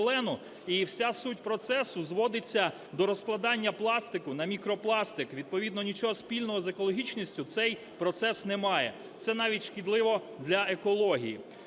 і вся суть процесу зводиться до розкладання пластику на мікропластик, відповідно нічого спільного з екологічністю цей процес не має. Це навіть шкідливо для екології.